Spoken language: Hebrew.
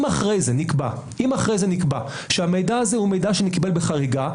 אם אחרי זה נקבע שהמידע הזה הוא מידע שנתקבל בחריגה,